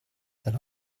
that